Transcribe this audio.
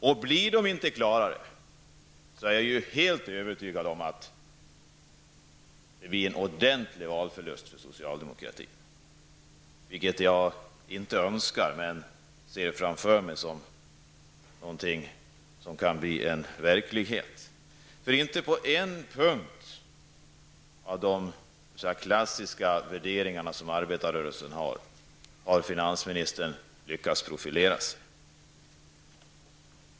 Om inte skillnaderna blir tydligare är jag fullständigt övertygad om att det blir en ordentlig valförlust för socialdemokratin, vilket jag inte önskar men ser framför mig som något som kan bli verklighet. Inte på en enda punkt har finansministern lyckats profilera sig när det gäller de s.k. klassiska värderingar som arbetarrörelsen har.